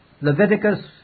Leviticus